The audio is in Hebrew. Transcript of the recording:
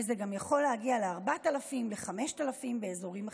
וזה גם יכול להגיע ל-4,000 ו-5,000 באזורים אחרים.